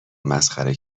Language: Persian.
مسخره